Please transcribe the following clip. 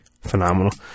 phenomenal